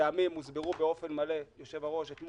הטעמים הוסברו באופן מלא אתמול.